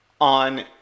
on